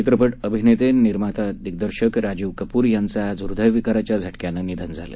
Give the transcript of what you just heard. चित्रपट अभिनेते निर्माता दिग्दर्शक राजीव कपूर याचं आज हृदयविकाराच्या झटक्यानं निधन झालं